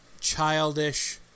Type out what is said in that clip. childish